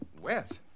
Wet